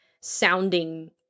sounding